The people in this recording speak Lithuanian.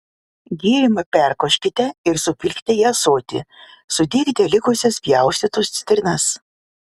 gėrimą perkoškite ir supilkite į ąsotį sudėkite likusias pjaustytus citrinas